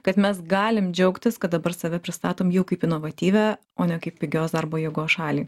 kad mes galim džiaugtis kad dabar save pristatom jau kaip inovatyvią o ne kaip pigios darbo jėgos šalį